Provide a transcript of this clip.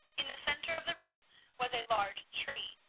in the centre of the room was a large tree.